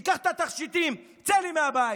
תיקח את התכשיטים, צא לי מהבית.